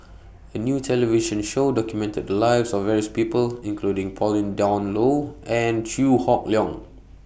A New television Show documented The Lives of various People including Pauline Dawn Loh and Chew Hock Leong